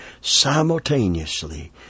Simultaneously